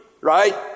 right